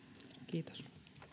kiitos